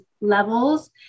levels